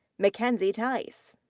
mackenzie tice.